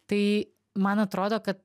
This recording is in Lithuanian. tai man atrodo kad